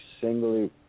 singly